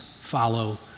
follow